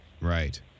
Right